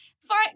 Fine